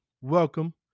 welcome